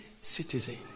citizen